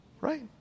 Right